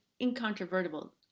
incontrovertible